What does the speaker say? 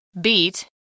beat